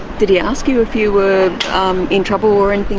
did he ask you if you were in trouble or anything